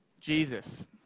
jesus